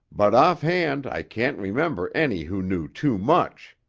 but offhand i can't remember any who knew too much.